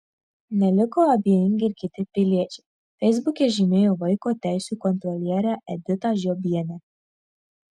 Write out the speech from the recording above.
neliko abejingi ir kiti piliečiai feisbuke žymėjo vaiko teisių kontrolierę editą žiobienę